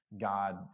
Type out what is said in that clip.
God